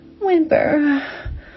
whimper